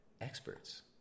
experts